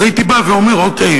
אז הייתי בא ואומר: אוקיי,